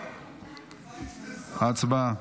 הצבעה.